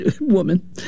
woman